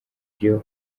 byo